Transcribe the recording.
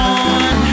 on